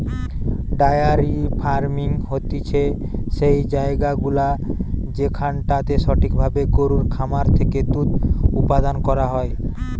diary ফার্মিং হতিছে সেই জায়গাগুলা যেখানটাতে সঠিক ভাবে গরুর খামার থেকে দুধ উপাদান করা হয়